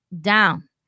down